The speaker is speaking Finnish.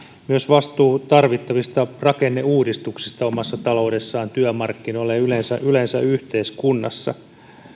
myös vastuu tarvittavista rakenneuudistuksista omassa taloudessaan työmarkkinoilla ja yleensä yleensä yhteiskunnassa